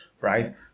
right